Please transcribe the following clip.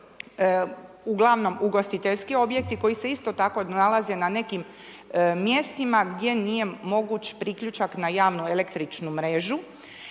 uglavnom ugostiteljski objekti koji se isto tako nalaze na nekim mjestima gdje nije moguće priključak na javno električnu mrežu